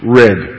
red